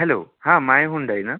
hello हां my Hyundai ना